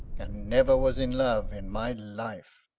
and never was in love in my life.